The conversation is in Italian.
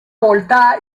volta